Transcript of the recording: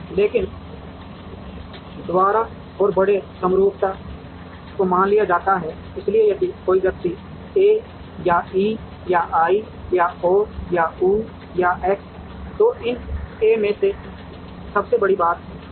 लेकिन द्वारा और बड़े समरूपता को मान लिया जाता है इसलिए यदि कोई व्यक्ति और ए या ई या आई या ओ या यू या एक्स तो इन ए में से सबसे बड़ी बात है